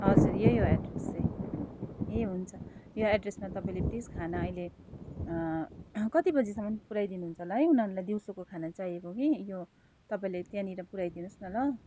हजुर यही हो एड्रेस चाहिँ ए हुन्छ यो एड्रेसमा तपाईँले प्लिज खाना अहिले कति बजीसम्म पुराइ दिनुहुन्छ होला है उनीहरूलाई दिउँसोको खाना चाहिएको कि यो तपाईँले त्यहाँनिर पुऱ्याइ दिनुहोस् न ल